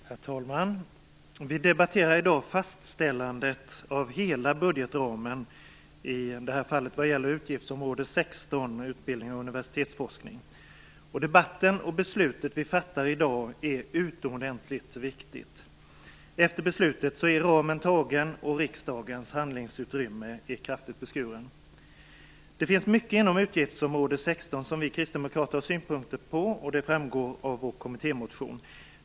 Herr talman! Vi debatterar i dag fastställandet av hela budgetramen, i det här fallet vad gäller utgiftsområde 16, Utbildning och universitetsforskning. Debatten och beslutet vi fattar är utomordentligt viktiga. Efter beslutet är ramen antagen, och riksdagens handlingsutrymme kraftigt beskuren. Det finns mycket inom utgiftsområde 16 som vi kristdemokrater har synpunkter på, vilket framgår av vår kommittémotion.